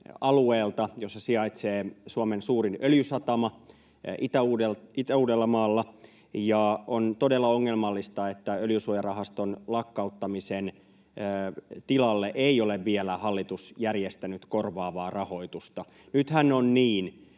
alueelta, jolla sijaitsee Suomen suurin öljysatama, Itä-Uudeltamaalta, ja on todella ongelmallista, että Öljysuojarahaston lakkauttamisen tilalle ei ole vielä hallitus järjestänyt korvaavaa rahoitusta. Nythän on niin,